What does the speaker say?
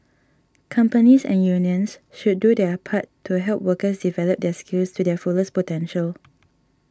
companies and unions should do their part to help workers develop their skills to their fullest potential